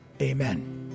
Amen